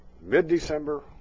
mid-December